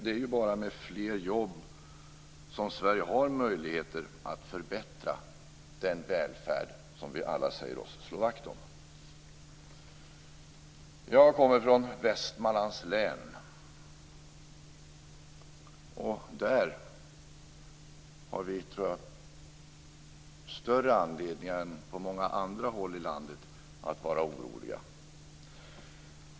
Det är ju bara med fler jobb som Sverige har möjligheter att förbättra den välfärd som vi alla säger oss slå vakt om. Jag kommer från Västmanlands län, och där tror jag att vi har större anledning än på många andra håll i landet att vara oroliga.